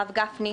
הרב גפני.